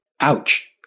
Ouch